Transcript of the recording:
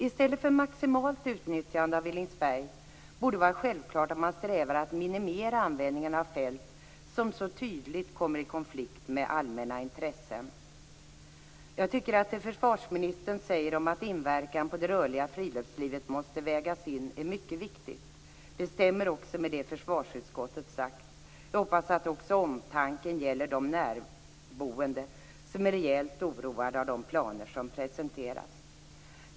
I stället för maximalt utnyttjande av Villingsberg borde det vara självklart att man strävar efter att minimera användningen av fält som så tydligt kommer i konflikt med allmänna intressen. Jag tycker att det försvarsministern säger om att inverkan på det rörliga friluftslivet måste vägas in är mycket viktigt. Det stämmer också med det försvarsutskottet sagt. Jag hoppas att omtanken också gäller de närboende, som är rejält oroade av de planer som presenterats.